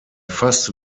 fasste